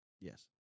Yes